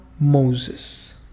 Moses